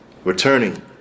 Returning